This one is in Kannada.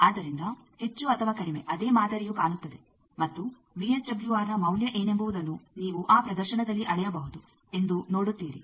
ಆದ್ದರಿಂದ ಹೆಚ್ಚು ಅಥವಾ ಕಡಿಮೆ ಅದೇ ಮಾದರಿಯು ಕಾಣುತ್ತದೆ ಮತ್ತು ವಿಎಸ್ಡಬ್ಲ್ಯೂಆರ್ನ ಮೌಲ್ಯ ಏನೆಂಬುವುದನ್ನು ನೀವು ಆ ಪ್ರದರ್ಶನದಲ್ಲಿ ಅಳೆಯಬಹುದು ಎಂದು ನೋಡುತ್ತೀರಿ